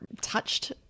touched